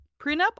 Prenup